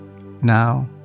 Now